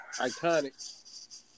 iconic